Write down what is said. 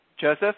Joseph